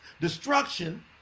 destruction